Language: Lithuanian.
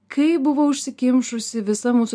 kai buvo užsikimšusi visa mūsų